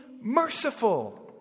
merciful